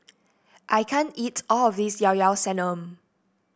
I can't eat all of this Llao Llao Sanum